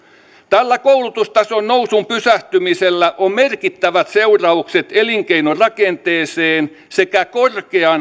tällä koulutustason nousun pysähtymisellä on merkittävät seuraukset elinkeinorakenteeseen sekä korkean